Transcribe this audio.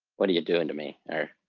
what are you doing to me? or